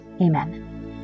Amen